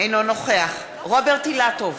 אינו נוכח רוברט אילטוב,